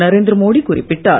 நரேந்திரமோடி குறிப்பிட்டார்